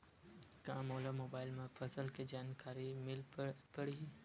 का मोला मोबाइल म फसल के जानकारी मिल पढ़ही?